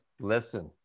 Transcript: listen